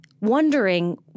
wondering